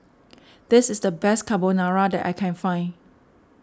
this is the best Carbonara that I can find